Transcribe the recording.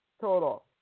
total